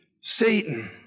Satan